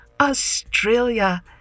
Australia